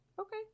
okay